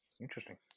Interesting